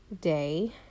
day